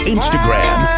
Instagram